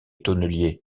tonnelier